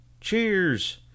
Cheers